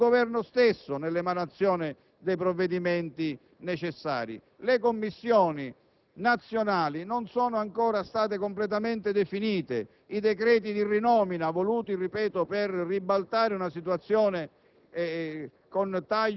ai nostri imprenditori e al Governo stesso nell'emanazione dei provvedimenti necessari. Le commissioni nazionali non sono ancora state completamente definite. I decreti di rinomina, voluti dal Ministro per ribaltare la situazione